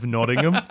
Nottingham